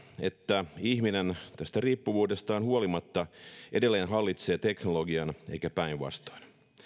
että ihminen tästä riippuvuudestaan huolimatta edelleen hallitsee teknologian eikä päinvastoin